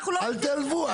אל תיעלבו.